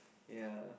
ya